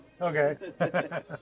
Okay